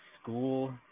school